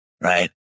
Right